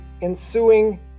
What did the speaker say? ensuing